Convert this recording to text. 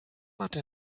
mathe